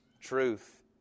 truth